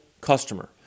customer